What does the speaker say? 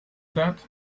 that